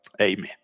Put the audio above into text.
Amen